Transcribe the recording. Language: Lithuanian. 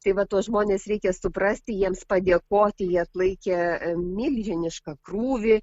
tai va tuos žmones reikia suprasti jiems padėkoti jie atlaikė milžinišką krūvį